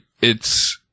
it's-